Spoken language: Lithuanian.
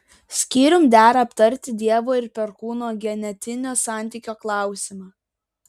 skyrium dera aptarti dievo ir perkūno genetinio santykio klausimą